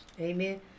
Amen